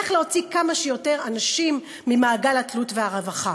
איך להוציא כמה שיותר אנשים ממעגל התלות והרווחה.